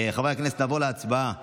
חברי הכנסת, נעבור להצבעה